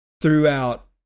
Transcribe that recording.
throughout